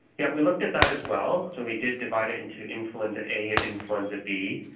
yeah we looked at that as well, so we did divide it into influenza a and influenza b,